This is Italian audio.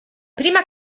prima